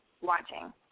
watching